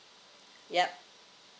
yup